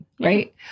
Right